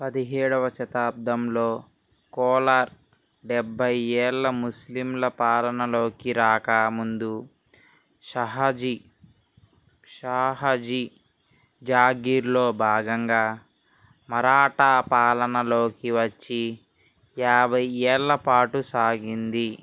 పదిహేడవ శతాబ్దంలో కోలార్ డెభ్బై ఏళ్ల ముస్లింల పాలనలోకి రాక ముందు షహజీ షాహాజీ జాగీర్లో భాగంగా మరాఠా పాలనలోకి వచ్చి యాభై ఏళ్లపాటు సాగింది